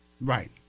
Right